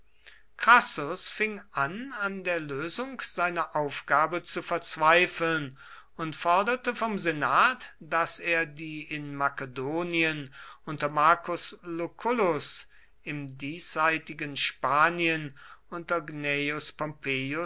crassus fing an an der lösung seiner aufgabe zu verzweifeln und forderte vom senat daß er die in makedonien unter marcus lucullus im diesseitigen spanien unter